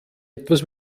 etwas